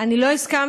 אני לא הסכמתי,